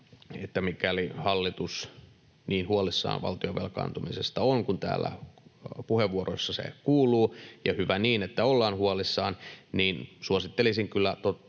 että mikäli hallitus niin huolissaan valtion velkaantumisesta on kuin täällä puheenvuoroissa kuuluu, ja hyvä niin, että ollaan huolissaan, niin suosittelisin kyllä